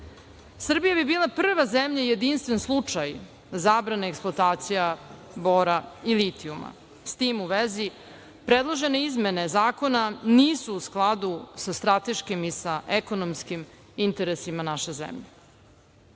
Srbija bi bila prva zemlja, jedinstven slučaj, zabrane eksploatacija bora i litijuma. S tim u vezi, predložene izmene zakona nisu u skladu sa strateškim i sa ekonomskim interesima naše